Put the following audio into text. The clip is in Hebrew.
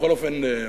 בכל אופן,